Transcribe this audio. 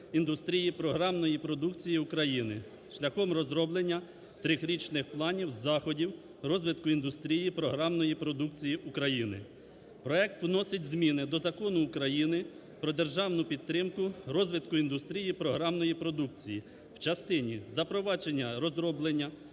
індустрії програмної продукції України шляхом розроблення трирічних планів заходів розвитку індустрії програмної продукції України. Проект вносить зміни до Закону України "Про державну підтримку розвитку індустрії програмної продукції" в частині запровадження розроблення